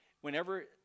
Whenever